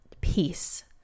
peace